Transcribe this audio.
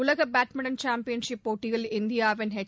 உலக badminton championship போட்டியில் இந்தியாவின் எச்